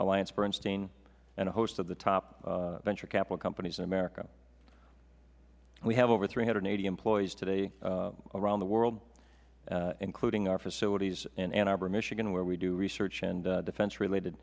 alliance bernstein and a host of the top venture capital companies in america we have over three hundred and eighty employees today around the world including our facilities in ann arbor michigan where we do research and defense related